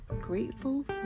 Grateful